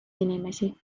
inimesi